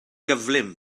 gyflym